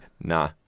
nah